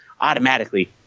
automatically